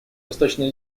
восточной